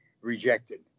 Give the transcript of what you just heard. rejected